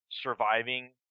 surviving